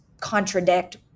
contradict